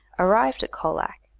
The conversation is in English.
arrived at colac,